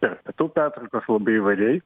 per pietų pertraukas labai įvairiai